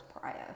prior